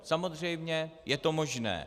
Samozřejmě je to možné.